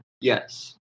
yes